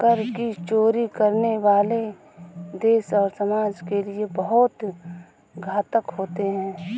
कर की चोरी करने वाले देश और समाज के लिए बहुत घातक होते हैं